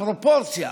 הפרופורציה